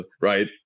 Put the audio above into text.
right